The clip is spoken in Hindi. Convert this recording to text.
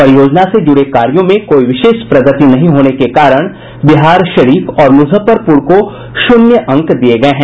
परियोजना से जुड़े कार्यो में कोई विशेष प्रगति नहीं होने के कारण बिहारशरीफ और मुजफ्फरपुर को शून्य अंक दिये गये हैं